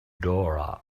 dora